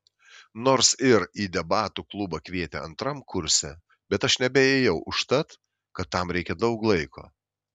nors ir į debatų klubą kvietė antram kurse bet aš nebeėjau užtat kad tam reikia daug laiko